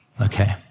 okay